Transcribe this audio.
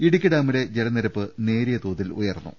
ഇടുക്കി ഡാമിലെ ജലനിരപ്പ് നേരിയ തോതിൽ ഉയർന്നു